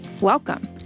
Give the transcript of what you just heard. welcome